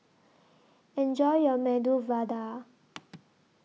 Enjoy your Medu Vada